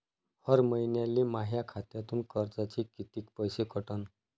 हर महिन्याले माह्या खात्यातून कर्जाचे कितीक पैसे कटन?